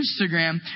Instagram